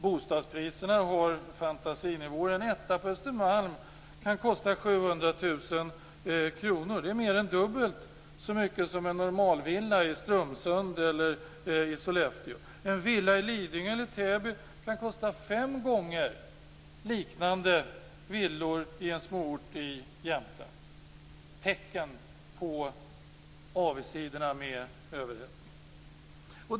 Bostadspriserna ligger på fantasinivåer. En etta på Östermalm kan kosta 700 000 kronor. Det är mer än dubbelt så mycket som en normalvilla i Strömsund eller i Sollefteå. En villa i Lidingö eller Täby kan kosta fem gånger mer än liknande villor i en småort i Jämtland. Detta är tecken på avigsidorna med överhettningen.